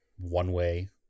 one-way